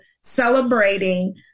celebrating